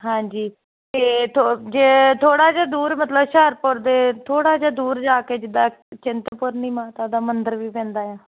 ਹਾਂਜੀ ਤੇ ਥੋੜਾ ਜਿਹਾ ਦੂਰ ਮਤਲਬ ਹੁਸ਼ਿਆਰਪੁਰ ਦੇ ਥੋੜਾ ਜਿਹਾ ਦੂਰ ਜਾ ਕੇ ਜਿਦਾਂ ਚਿੰਤਪੁਰਨੀ ਮਾਤਾ ਦਾ ਮੰਦਰ ਵੀ ਪੈਂਦਾ ਆ